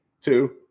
Two